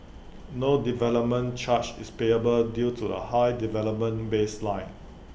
no development charge is payable due to the high development baseline